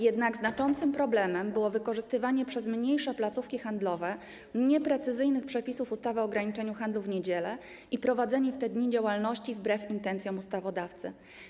Jednak znaczącym problemem było wykorzystywanie przez mniejsze placówki handlowe nieprecyzyjnych przepisów ustawy o ograniczeniu handlu w niedziele i święta i prowadzenie w te dni działalności wbrew intencjom ustawodawcy.